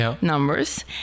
numbers